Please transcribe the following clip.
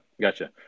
gotcha